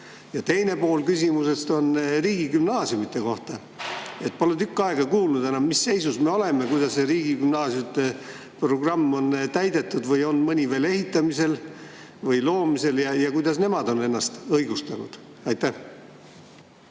mõjunud? Teine pool küsimusest on riigigümnaasiumide kohta. Pole enam tükk aega kuulnud, mis seisus me oleme. Kuidas on riigigümnaasiumide programmi täidetud? Kas on mõni veel ehitamisel või loomisel? Kuidas nemad on ennast õigustanud? Aitäh!